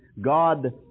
God